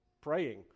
praying